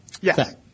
Yes